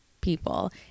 people